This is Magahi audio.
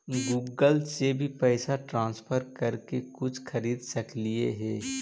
गूगल से भी पैसा ट्रांसफर कर के कुछ खरिद सकलिऐ हे?